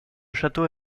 château